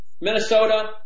Minnesota